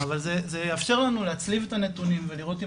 אבל זה יאפשר לנו להצליב את הנתונים ולראות אם